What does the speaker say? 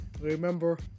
remember